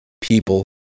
people